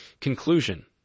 Conclusion